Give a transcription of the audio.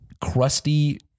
crusty